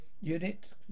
Unit